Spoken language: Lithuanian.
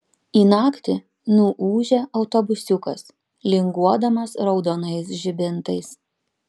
į naktį nuūžia autobusiukas linguodamas raudonais žibintais